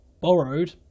borrowed